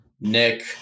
Nick